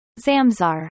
Zamzar